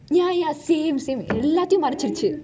ya ya same same எல்லாத்தையும் மறைச்சச்சு:ellathaiyum maraichachu